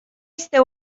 este